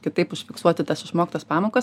kitaip užfiksuoti tas išmoktas pamokas